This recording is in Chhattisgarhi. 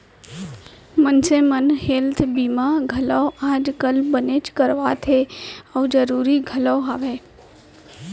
मनसे मन हेल्थ बीमा घलौ आज काल बनेच करवात हें अउ जरूरी घलौ हवय